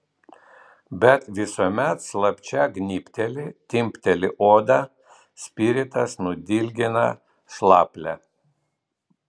bet visuomet slapčia gnybteli timpteli odą spiritas nudilgina šlaplę